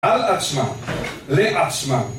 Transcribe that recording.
על עצמם. לעצמם.